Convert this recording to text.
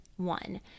one